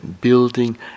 building